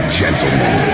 gentlemen